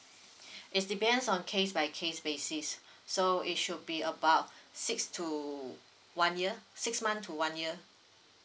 it depends on case by case basis so it should be about six to one year six month to one year